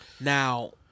Now